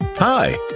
Hi